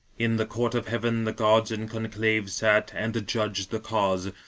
in the court of heaven the gods in conclave sat and judged the cause,